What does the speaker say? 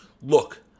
Look